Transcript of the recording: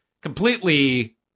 completely